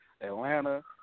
Atlanta